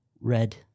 Red